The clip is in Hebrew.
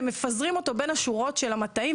ומפזרים אותו בין השורות של המטעים,